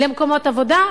למקומות עבודה,